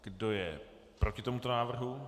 Kdo je proti tomuto návrhu?